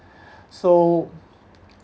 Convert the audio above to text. so